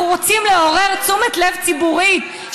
אנחנו רוצים לעורר תשומת לב ציבורית,